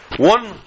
One